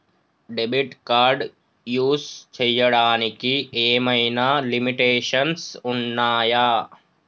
Debit card use చేయడానికి ఏమైనా limitations ఉన్నాయా?